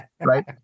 right